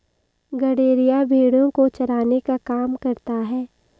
गड़ेरिया भेड़ो को चराने का काम करता है